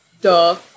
Duh